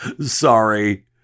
Sorry